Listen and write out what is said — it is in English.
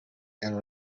and